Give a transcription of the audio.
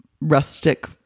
rustic